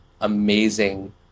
amazing